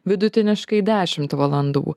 vidutiniškai dešimt valandų